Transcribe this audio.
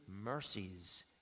mercies